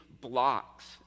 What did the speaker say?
blocks